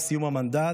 עם סיום המנדט,